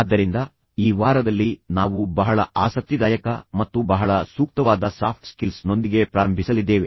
ಆದ್ದರಿಂದ ಈ ವಾರದಲ್ಲಿ ನಾವು ಬಹಳ ಆಸಕ್ತಿದಾಯಕ ಮತ್ತು ಬಹಳ ಸೂಕ್ತವಾದ ಸಾಫ್ಟ್ ಸ್ಕಿಲ್ಸ್ ನೊಂದಿಗೆ ಪ್ರಾರಂಭಿಸಲಿದ್ದೇವೆ